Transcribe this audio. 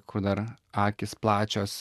kur dar akys plačios